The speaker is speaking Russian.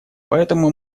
поэтому